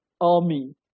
army